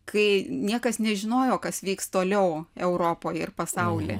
kai niekas nežinojo kas vyks toliau europoj ir pasauly